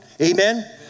Amen